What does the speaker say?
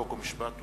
חוק ומשפט.